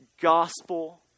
gospel